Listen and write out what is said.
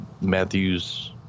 Matthews